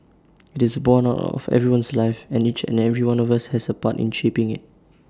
IT is borne out of everyone's life and each and every one of us has A part in shaping IT